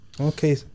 okay